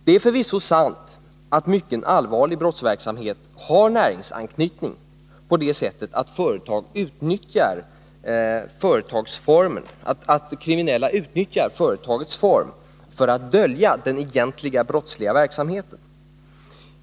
Det är förvisso sant att mycken allvarlig brottslighet har näringsanknytning på det sättet att kriminella utnyttjar företagets form för att dölja den egentliga brottsliga verksamheten.